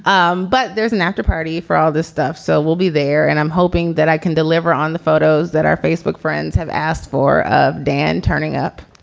um but there's an after party for all this stuff, so we'll be there. and i'm hoping that i can deliver on the photos that our facebook friends have asked for, ah dan. turning up.